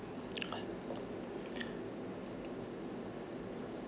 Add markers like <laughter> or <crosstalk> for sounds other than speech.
<noise>